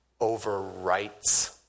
overwrites